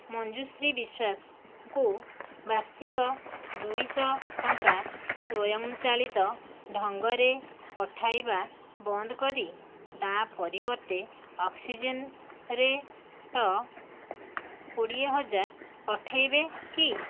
ମଞ୍ଜୁଶ୍ରୀ ବିଶ୍ୱାସଙ୍କୁ ବାର୍ଷିକ ଦୁଇ ଶହେ ଟଙ୍କା ସ୍ୱୟଂ ଚାଳିତ ଢଙ୍ଗରେ ପଠାଇବା ବନ୍ଦ କରି ତା' ପରିବର୍ତ୍ତେ ଅକ୍ସିଜେନ୍ରେ ଟ କୋଡିଏ ହଜାର ପଠାଇବେ କି